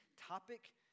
topic